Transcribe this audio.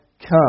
come